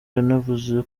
yanavuze